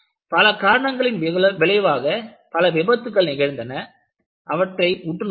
பல காரணங்களின் விளைவாக பல விபத்துக்கள் நிகழ்ந்தது அதை உற்று நோக்க வேண்டும்